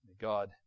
God